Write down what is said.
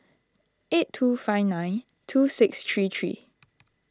eight two five nine two six three three